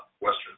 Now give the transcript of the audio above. western